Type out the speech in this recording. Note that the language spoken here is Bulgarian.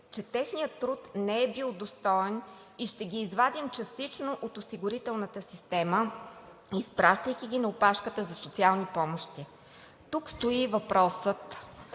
че техният труд не е бил достоен и ще ги извадим частично от осигурителната система, изпращайки ги на опашката за социални помощи. Тук стои въпросът: